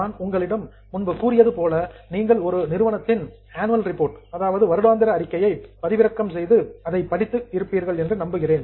நான் உங்களிடம் முன்பு கூறியது போல நீங்கள் ஒரு நிறுவனத்தின் ஆனுவல் ரிப்போர்ட் வருடாந்திர அறிக்கையை பதிவிறக்கம் செய்து அதை படித்து பார்த்து இருப்பீர்கள் என்று நம்புகிறேன்